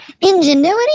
ingenuity